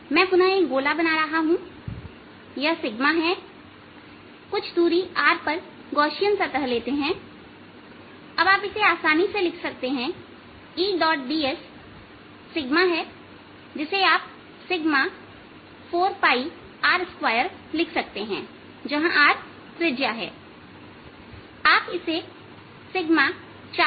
मैं पुनः एक गोला बना रहा हूं यह है कुछ दूरी r पर गौशियन सतह लेते हैं अब आप इसे आसानी से लिख सकते हैं Eds है जिसे आप 4R2लिख सकते हैंजहां R त्रिज्या है